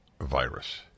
virus